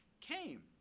came